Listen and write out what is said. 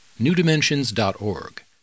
newdimensions.org